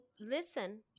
listen